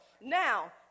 Now